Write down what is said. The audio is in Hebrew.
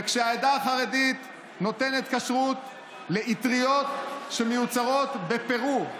וכשהעדה החרדית נותנת כשרות לאטריות שמיוצרות בפרו,